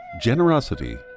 Generosity